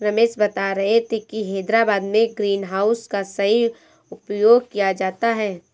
रमेश बता रहे थे कि हैदराबाद में ग्रीन हाउस का सही उपयोग किया जाता है